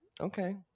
okay